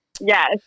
Yes